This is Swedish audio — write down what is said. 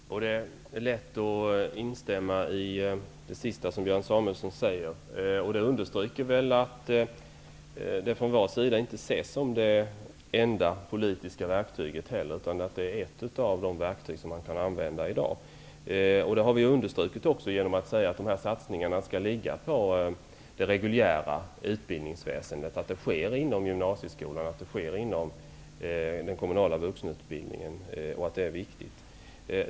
Herr talman! Det är lätt att instämma i det som Björn Samuelson sist sade. Inte heller vi ser dessa åtgärder som det enda politiska verktyget. De är ett av de verktyg som man i dag kan använda. Det har vi också understrukit genom att säga att dessa satsningar skall ligga inom det reguljära utbildningsväsendet, dvs. inom gymnasieskolan och den kommunala vuxenutbildningen. Det är viktigt.